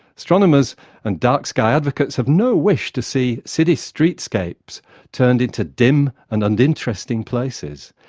astronomers and dark sky advocates have no wish to see city streetscapes turned into dim and uninteresting places.